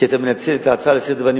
כי אתה מנצל את ההצעה לסדר-היום,